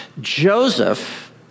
Joseph